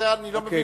אני לא מבין,